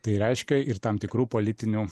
tai reiškia ir tam tikrų politinių